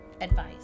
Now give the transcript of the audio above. Advice